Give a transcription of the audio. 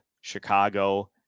Chicago